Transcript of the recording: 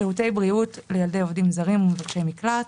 שירותי בריאות לילדי עובדים זרים ומבקשי מקלט,